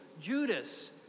Judas